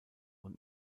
und